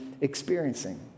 experiencing